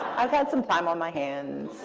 i've had some time on my hands.